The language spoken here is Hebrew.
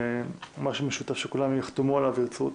ומשהו משותף שכולם יחתמו עליו וירצו אותו.